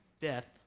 death